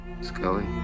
Scully